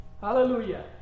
Hallelujah